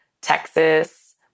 Texas